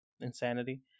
insanity